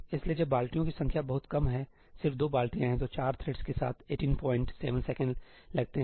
इसलिए जब बाल्टियों की संख्या बहुत कम है ठीक सिर्फ 2 बाल्टियां हैं तो 4 थ्रेड्स के साथ 187 सेकंड लगते हैं